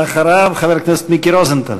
אחריו, חבר הכנסת מיקי רוזנטל.